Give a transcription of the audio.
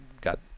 got